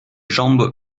jambes